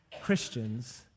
Christians